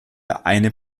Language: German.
eine